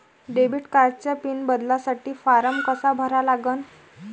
Debit कार्डचा pin बदलासाठी form कसा भरा लागन?